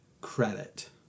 credit